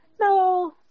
no